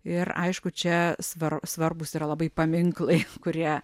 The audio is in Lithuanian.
ir aišku čia svar svarbūs yra labai paminklai kurie